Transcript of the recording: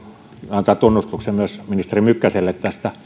antaa tunnustuksen myös ministeri mykkäselle